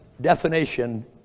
definition